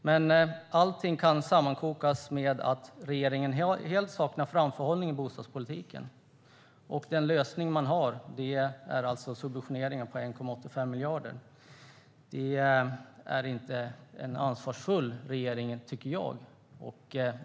Men allting kan sammanfattas med att regeringen helt saknar framförhållning i bostadspolitiken. Den lösning man har är alltså subventionen på 1,85 miljarder. Det är inte en ansvarsfull regering, tycker jag.